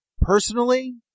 Personally